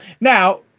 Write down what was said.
Now